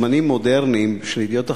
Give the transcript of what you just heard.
ב"זמנים מודרניים" של "ידיעות אחרונות"